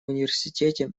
университете